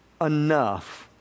enough